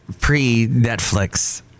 pre-Netflix